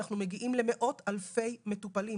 אנחנו מגיעים למאות אלפי מטופלים,